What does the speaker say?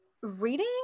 reading